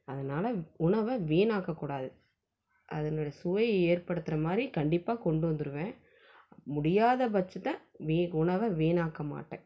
அதனால உணவை வீணாக்கக்கூடாது அதனுடய சுவை ஏற்படுத்துகிற மாதிரி கண்டிப்பாக கொண்டு வந்துடுவேன் முடியாத பட்சத்தான் உணவை வீணாக்கமாட்டேன்